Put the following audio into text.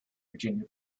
virginia